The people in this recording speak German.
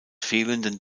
fehlenden